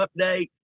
update